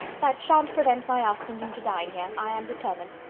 that shan't prevent my asking him to dine here, i am determined.